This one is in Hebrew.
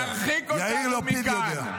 -- להרחיק אותנו מכאן.